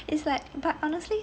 it's like but honestly